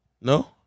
No